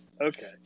Okay